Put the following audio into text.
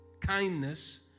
kindness